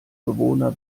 bewohner